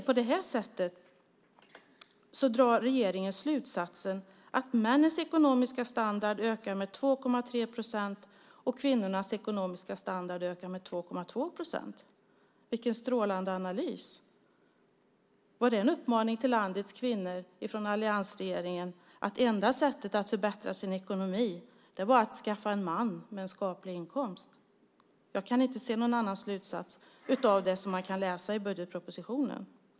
På detta sätt drar regeringen slutsatsen att männens ekonomiska standard ökar med 2,3 procent och kvinnornas med 2,2 procent. Vilken strålande analys! Var det en uppmaning från alliansregeringen till landets kvinnor att enda sättet att förbättra sin ekonomi är att skaffa en man med skaplig inkomst? Jag kan inte dra någon annan slutsats av det som man kan läsa i budgetpropositionen.